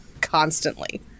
constantly